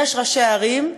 יש ראשי ערים,